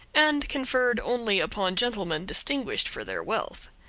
and conferred only upon gentlemen distinguished for their wealth.